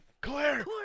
Claire